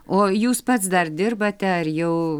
o jūs pats dar dirbate ar jau